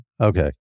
Okay